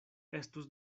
estus